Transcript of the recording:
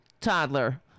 toddler